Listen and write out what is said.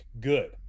good